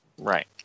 Right